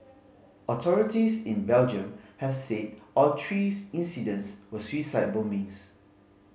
authorities in Belgium have said all three incidents were suicide bombings